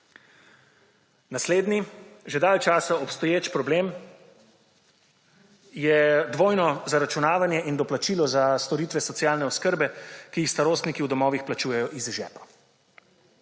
Naslednji že dalj časa obstoječ problem je dvojno zaračunavanje in doplačilo za storitve socialne oskrbe, ki jih starostniki v domovih plačujejo iz žepa.